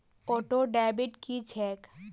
Auto debit की छैक?